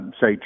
say